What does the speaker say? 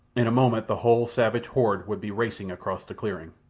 in a moment the whole savage horde would be racing across the clearing.